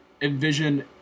Envision